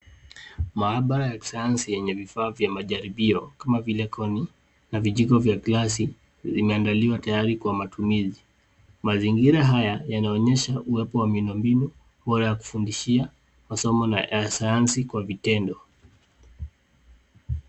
Maabara ya kisayansi yenye vifaa vya majaribio, kama vile koni, na vijiko vya glasi, vimeandaliwa tayari kwa matumizi. Mazingira haya yanaonyesha uwepo wa miundo mbinu, bora ya kufundishia, masomo ya sayansi kwa vitendo.